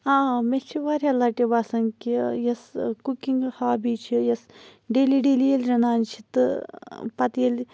آ مےٚ چھُ واریا لَٹہِ باسان کہِ یۄس کُکِنٛگ ہابی چھِ یۄس ڈیلی ڈیلی ییٚلہِ رَنان چھِ تہٕ پَتہٕ ییٚلہِ